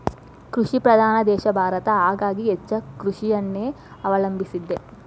ಕೃಷಿ ಪ್ರಧಾನ ದೇಶ ಭಾರತ ಹಾಗಾಗಿ ಹೆಚ್ಚ ಕೃಷಿಯನ್ನೆ ಅವಲಂಬಿಸಿದೆ